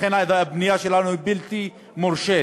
לכן הבנייה שלנו היא בלתי מורשית.